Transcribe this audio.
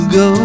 go